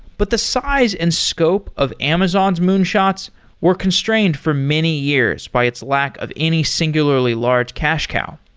but the size and scope of amazon's moonshots were constrained for many years by its lack of any singularly large cache cow.